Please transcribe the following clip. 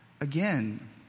Again